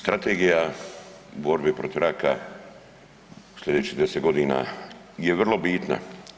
Strategija borbe protiv raka sljedećih 10 godina je vrlo bitna.